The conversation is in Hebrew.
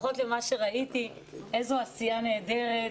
לפחות ממה שראיתי, איזו עשייה נהדרת.